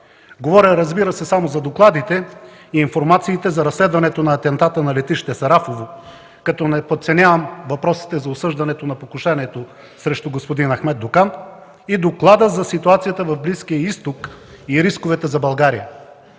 Говоря, разбира се, само за докладите и информациите за разследването на атентата на летище Сарафово, като не подценявам въпросите за осъждането на покушението срещу господин Ахмед Доган и доклада за ситуацията в Близкия изток и рисковете за България.